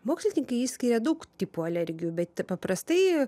mokslininkai išskiria daug tipų alergijų bet paprastai